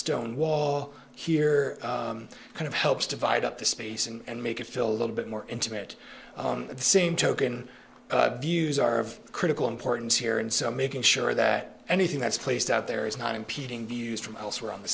stone wall here kind of helps divide up the space and make it filled little bit more intimate on the same token views are of critical importance here and so making sure that anything that's placed out there is not impeding views from elsewhere on the